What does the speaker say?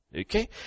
Okay